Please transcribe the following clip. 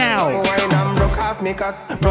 now